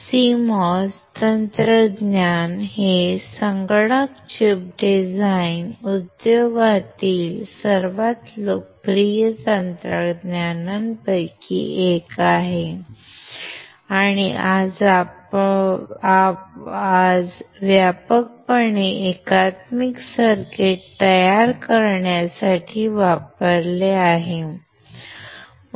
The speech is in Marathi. CMOS तंत्रज्ञान हे संगणक चिप डिझाईन उद्योगातील सर्वात लोकप्रिय तंत्रज्ञानांपैकी एक आहे आणि आज व्यापकपणे एकात्मिक सर्किट तयार करण्यासाठी वापरले जाते